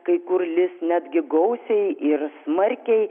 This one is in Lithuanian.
kai kur lis netgi gausiai ir smarkiai